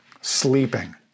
sleeping